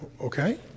okay